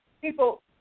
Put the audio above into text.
people